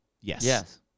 Yes